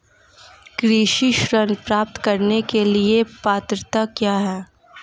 कृषि ऋण प्राप्त करने की पात्रता क्या है?